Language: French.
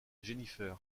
jennifer